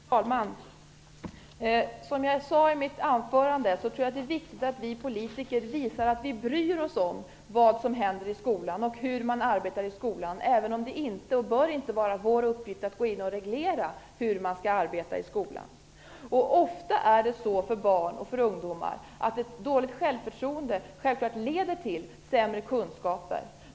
Fru talman! Som jag sade i mitt anförande tror jag att det är viktigt att vi politiker visar att vi bryr oss om vad som händer i skolan och hur man arbetar i skolan, även om det inte är eller bör vara vår uppgift att gå in och reglera hur man skall arbeta. Ofta leder ett dåligt självförtroende hos barn och ungdomar till sämre kunskaper.